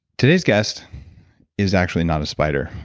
today's guest is actually not a spider,